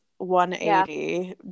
180